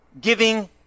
giving